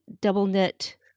double-knit